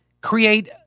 create